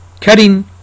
cutting